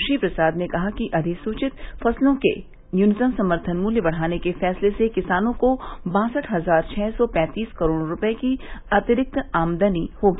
श्री प्रसाद ने कहा कि अधिसुचित फसतों के न्यूनतम समर्थन मूल्य बढ़ाने के फैसले से किसानों को बासठ हजार छह सौ पैंतीस करोड़ रूपए की अतिरिक्त आमदनी होगी